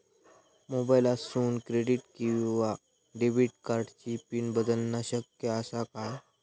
मोबाईलातसून क्रेडिट किवा डेबिट कार्डची पिन बदलना शक्य आसा काय?